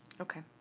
Okay